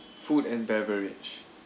food and beverage